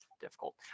difficult